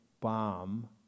bomb